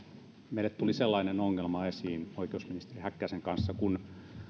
meille tuli sellainen ongelma esiin oikeusministeri häkkäsen kanssa että